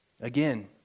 Again